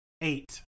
Eight